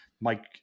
Mike –